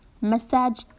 Massage